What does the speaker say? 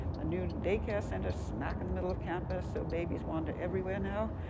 a new daycare center smack in the middle of campus so babies wander everywhere now,